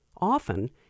Often